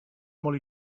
molt